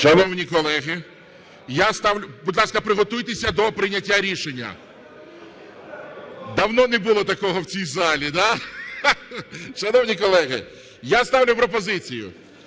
Шановні колеги, я ставлю пропозицію,